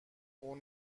اون